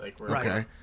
Okay